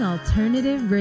Alternative